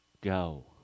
go